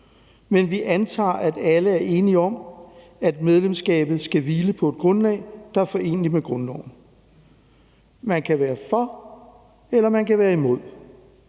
men vi antager, at alle er enige om, at medlemskabet skal hvile på et grundlag, der er foreneligt med grundloven«. Man kan være for, eller man kan være imod.